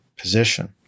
position